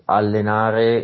allenare